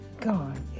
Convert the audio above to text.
God